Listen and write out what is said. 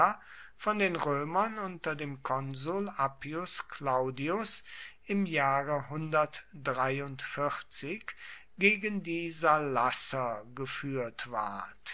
von den römern unter dem konsul appius claudius im jahre gegen die salasser geführt ward